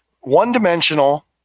one-dimensional